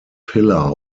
pillar